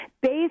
based